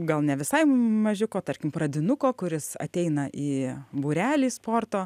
gal ne visai mažiuko tarkim pradinuko kuris ateina į būrelį sporto